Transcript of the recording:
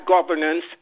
governance